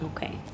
Okay